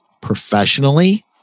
professionally